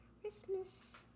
Christmas